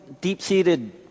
deep-seated